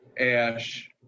ash